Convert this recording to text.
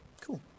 cool